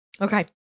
Okay